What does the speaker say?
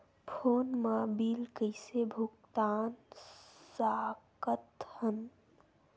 Phone मा bill कइसे भुक्तान साकत हन?